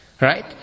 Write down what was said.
Right